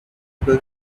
able